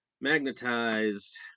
magnetized